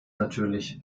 natürlich